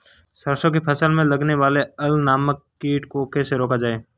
सरसों की फसल में लगने वाले अल नामक कीट को कैसे रोका जाए?